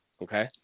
Okay